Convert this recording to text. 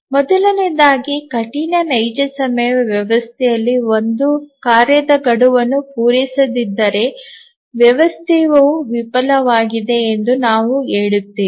ಮೊದಲನೆಯದಾಗಿ ಕಠಿಣ ನೈಜ ಸಮಯ ವ್ಯವಸ್ಥೆಯಲ್ಲಿ ಒಂದು ಕಾರ್ಯದ ಗಡುವನ್ನು ಪೂರೈಸದಿದ್ದರೆ ವ್ಯವಸ್ಥೆಯು ವಿಫಲವಾಗಿದೆ ಎಂದು ನಾವು ಹೇಳುತ್ತೇವೆ